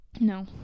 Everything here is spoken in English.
No